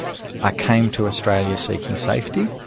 i came to australia seeking safety,